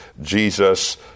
Jesus